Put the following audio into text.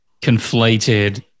conflated